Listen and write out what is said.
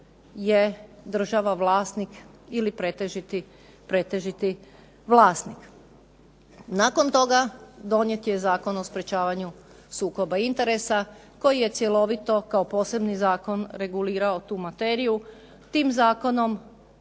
je država vlasnik ili pretežiti vlasnik. Nakon toga donijet je Zakon o sprečavanju sukoba interesa koji je cjelovito kao posebni zakon regulirao tu materiju. Tim zakonom